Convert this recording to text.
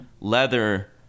leather